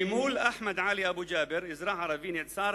ממול, אחמד עלי אבו ג'אבר, אזרח ערבי, נעצר